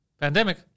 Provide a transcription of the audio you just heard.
pandemic